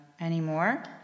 anymore